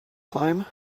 climb